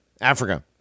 Africa